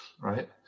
right